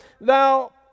thou